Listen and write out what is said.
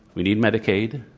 we need medicaid,